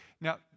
now